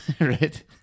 right